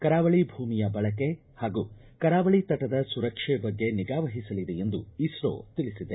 ಕರಾವಳಿ ಭೂಮಿಯ ಬಳಕೆ ಹಾಗೂ ಕರಾವಳಿ ತಟದ ಸುರಕ್ಷೆ ಬಗ್ಗೆ ನಿಗಾವಹಿಸಲಿದೆ ಎಂದು ಇಸ್ರೋ ತಿಳಿಸಿದೆ